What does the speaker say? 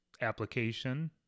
application